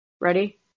ready